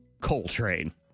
Coltrane